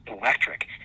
electric